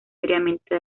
seriamente